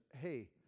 hey